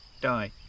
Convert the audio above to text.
die